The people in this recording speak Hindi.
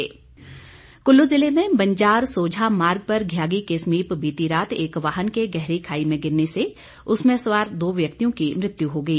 दुर्घटना कुल्लू जिले में बंजार सोझा मार्ग पर घयागी के समीप बीती रात एक वाहन के गहरी खाई में गिरने से उसमें सवार दो व्यक्तियों की मृत्यु हो गई